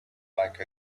like